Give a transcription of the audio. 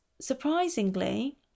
surprisingly